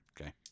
Okay